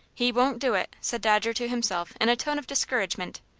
he won't do it! said dodger to himself, in a tone of discouragement.